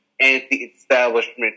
anti-establishment